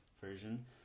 version